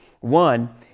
One